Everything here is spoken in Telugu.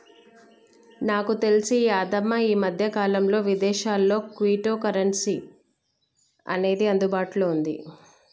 నాకు తెలిసి యాదమ్మ ఈ మధ్యకాలంలో విదేశాల్లో క్విటో కరెన్సీ అనేది అందుబాటులో ఉంది